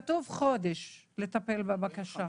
כתוב שלוקח חודש לטפל בבקשה.